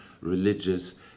religious